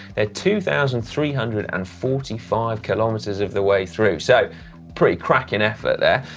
they're two thousand three hundred and forty five kilometers of the way through. so pretty cracking effort there.